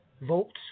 volts